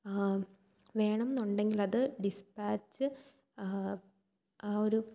വേണമെന്നുണ്ടെങ്കിൽ അത് ഡിസ്പാച്ച് ആ ഒരു